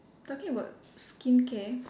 talking about skincare